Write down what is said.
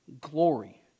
glory